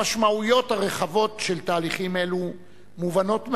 המשמעויות הרחבות של תהליכים אלו מובנות מאליהן,